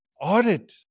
Audit